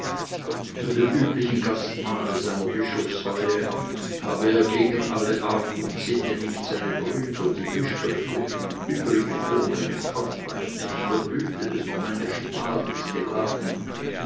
zu dem üblichen gastmahle seiner bischofsweihe habe er gegen alle art und sitte nicht seine brüder die bischöfe und übrige vornehme pfaffheit nebst der blüte des normännischen adels geladen